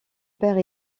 père